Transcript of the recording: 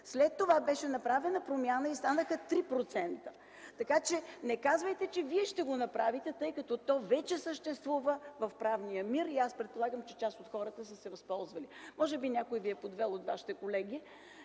След това беше направена промяна и станаха 3%. Така че не казвайте, че вие ще го направите, тъй като то вече съществува в правния мир и аз предполагам, че част от хората са се възползвали. Може би някой от вашите колеги